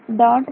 H